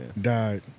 died